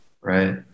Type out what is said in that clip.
Right